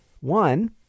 One